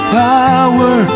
power